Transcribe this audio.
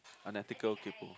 unethical kaypoh